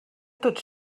tots